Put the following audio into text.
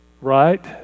right